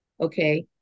Okay